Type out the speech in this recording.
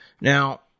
Now